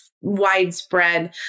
widespread